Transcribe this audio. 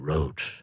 Roads